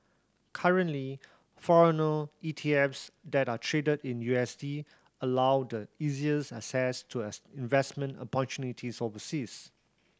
currently foreign E T F s that are traded in U S D allow the easiest access to investment opportunities overseas